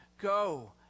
Go